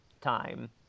time